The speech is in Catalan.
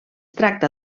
tracta